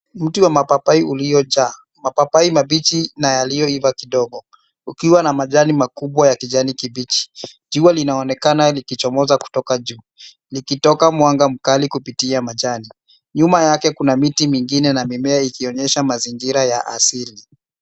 Mti wa mapaipai ulio jaa mapaipai mabichi na yaliyo iva kidogo ukiwa na majani makubwa ya kijani kibichi . Jua linaonekana likichomoza kutoka juu likitoka mwanga mkali kupitia majani. Nyuma yake kuna miti mingine na mimea ikionyesha mazingira ya asili.